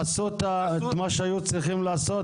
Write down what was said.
עשו את מה שהיו צריכים לעשות,